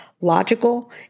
logical